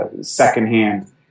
secondhand